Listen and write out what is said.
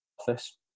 office